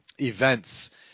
events